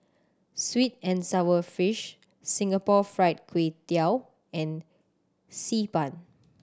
sweet and sour fish Singapore Fried Kway Tiao and Xi Ban